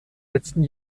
letzten